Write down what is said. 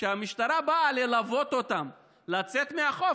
כשהמשטרה באה ללוות אותם לצאת מהחוף,